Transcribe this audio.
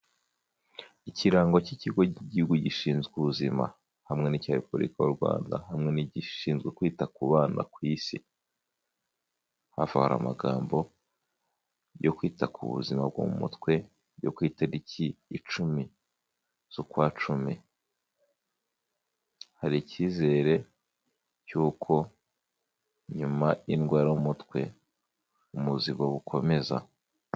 Ikirango cy'ikigo cy'igihugu gishinzwe ubuzima, hamwe n'icya Repubulika y'u Rwanda, hamwe n'igishinzwe kwita ku bana ku isi, hafi aho hari amagambo yo kwita ku buzima bwo mu mutwe, byo ku itariki icumi z'ukwa cumi, hari icyizere cy'uko nyuma y'indwara yo mu mutwe ubuzima bukomeza.